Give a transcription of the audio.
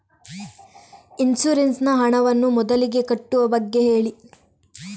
insurance ನ ಹಣವನ್ನು ಮೊದಲಿಗೆ ಕಟ್ಟುವ ಬಗ್ಗೆ ಹೇಳಿ